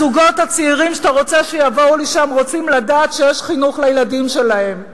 הזוגות הצעירים שאתה רוצה שיבואו לשם רוצים לדעת שיש חינוך לילדים שלהם,